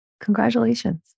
Congratulations